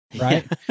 right